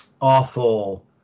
awful